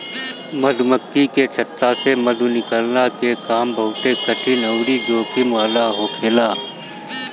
मधुमक्खी के छत्ता से मधु निकलला के काम बहुते कठिन अउरी जोखिम वाला होखेला